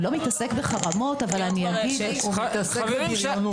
הוא לא מתעסק בחרמות אבל אני אגיד --- הוא מתעסק בבריונות.